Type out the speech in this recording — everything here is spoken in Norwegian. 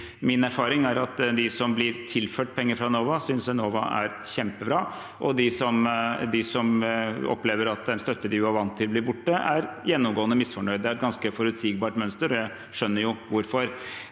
Min erfaring er at de som blir tilført penger fra Enova, synes Enova er kjempebra, og de som opplever at en støtte de var vant til, blir borte, er gjennomgående misfornøyd. Det er et ganske forutsigbart mønster, og jeg skjønner jo hvorfor.